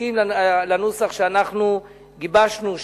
והסכים לנוסח שאנחנו גיבשנו,